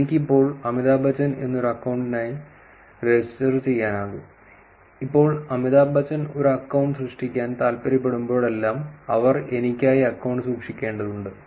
എനിക്ക് ഇപ്പോൾ അമിതാഭ് ബച്ചൻ എന്ന ഒരു അക്കൌണ്ടിനായി രജിസ്റ്റർ ചെയ്യാനാകും ഇപ്പോൾ അമിതാഭ് ബച്ചൻ ഒരു അക്കൌണ്ട് സൃഷ്ടിക്കാൻ താൽപ്പര്യപ്പെടുമ്പോഴെല്ലാം അവർ എനിക്കായി അക്കൌണ്ട് സൂക്ഷിക്കേണ്ടതുണ്ട്